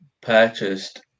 purchased